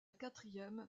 quatrième